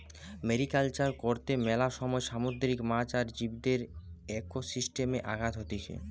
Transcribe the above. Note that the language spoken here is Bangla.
মেরিকালচার কর্তে মেলা সময় সামুদ্রিক মাছ আর জীবদের একোসিস্টেমে আঘাত হতিছে